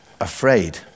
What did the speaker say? afraid